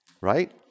right